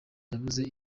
yabuze